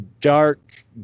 dark